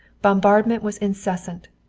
bombardment was incessant.